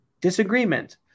disagreement